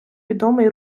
відомий